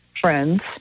friends